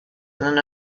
than